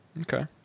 Okay